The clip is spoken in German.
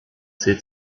zählt